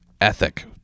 ethic